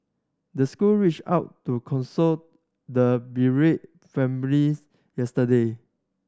the school reached out to console the bereaved families yesterday